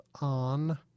on